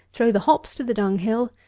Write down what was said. throw the hops to the dunghill,